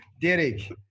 Derek